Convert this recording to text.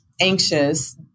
anxious